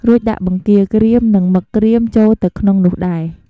រួចដាក់ បង្គាក្រៀម និង មឹកក្រៀមចូលទៅក្នុងនោះដែរ។